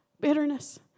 Bitterness